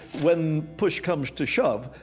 when push comes to shove,